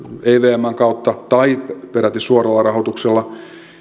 evmn kautta tai peräti suoralla rahoituksella